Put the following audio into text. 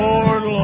Lord